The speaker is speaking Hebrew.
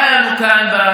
באו אלינו כאן,